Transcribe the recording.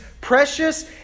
precious